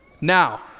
Now